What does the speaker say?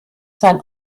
sei